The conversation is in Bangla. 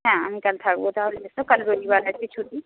হ্যাঁ আমি কাল থাকব তাহলে এসো কাল রবিবার আছে ছুটি